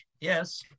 yes